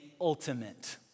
ultimate